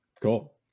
Cool